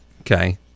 Okay